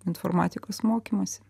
informatikos mokymąsi